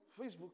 Facebook